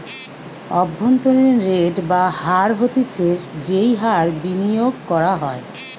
অভ্যন্তরীন রেট বা হার হতিছে যেই হার বিনিয়োগ করা হয়